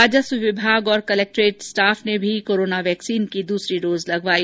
राजस्व विभाग और कलेक्ट्रेट स्टाफ ने भी कोरोना यैक्सीन की दूसरी डोज लगवाई